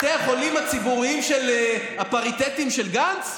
בתי החולים הציבוריים הפריטטיים של גנץ?